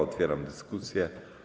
Otwieram dyskusję.